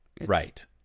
right